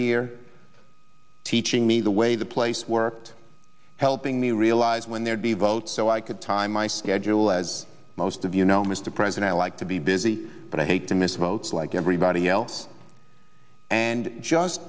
here teaching me the way the place worked helping me realize when there'd be a vote so i could tie my schedule as most of you know mr president like to be busy but i hate to miss votes like everybody else and just